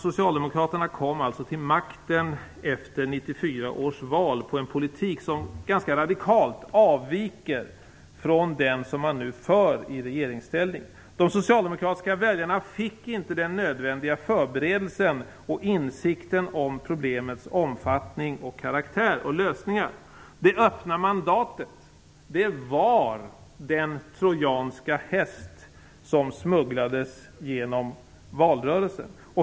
Socialdemokraterna kom alltså till makten efter 1994 års val på en politik som ganska radikalt avviker från den som man nu för i regeringsställning. De socialdemokratiska väljarna fick inte den nödvändiga förberedelsen och insikten om problemets omfattning, karaktär och lösningar. Det öppna mandatet var den trojanska häst som smugglades genom valrörelsen.